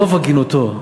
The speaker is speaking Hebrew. ברוב הגינותו,